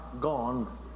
gone